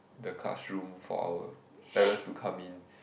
the classroom for our parents to come in